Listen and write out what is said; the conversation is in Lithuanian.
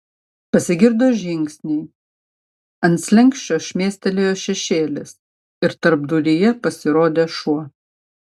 pasigirdo žingsniai ant slenksčio šmėstelėjo šešėlis ir tarpduryje pasirodė šuo